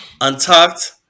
untucked